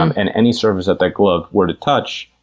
um and any surface that the glove were to touch,